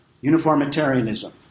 Uniformitarianism